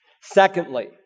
Secondly